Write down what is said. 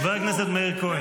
חבר הכנסת מאיר כהן.